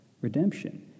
redemption